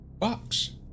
box